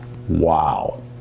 Wow